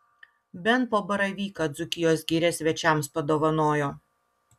bent po baravyką dzūkijos giria svečiams padovanojo